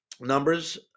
Numbers